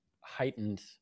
heightened